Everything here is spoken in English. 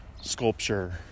sculpture